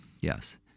yes